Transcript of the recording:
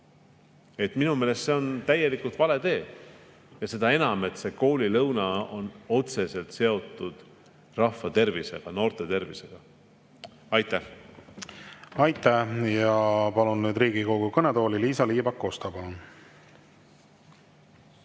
Minu meelest see on täielikult vale tee ja seda enam, et koolilõuna on otseselt seotud rahva tervisega, noorte tervisega. Aitäh! Aitäh! Palun nüüd Riigikogu kõnetooli Liisa-Ly Pakosta.